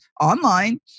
online